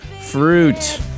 Fruit